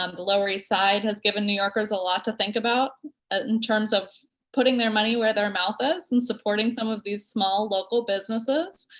um the lower east side, has given new yorkers a lot to think about in terms of putting their money where their mouth is, and supporting some of these small local businesses,